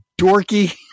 dorky